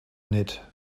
knit